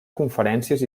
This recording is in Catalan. conferències